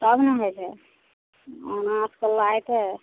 तब नहि होइ छै ओना असकेल्ला हेतय